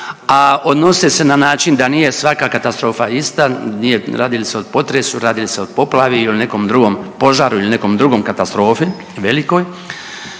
a odnose se na način da nije svaka katastrofa ista, radi li se o potresu, radi li se o poplavi ili nekom drugom, požaru ili nekoj drugoj katastrofi velikoj.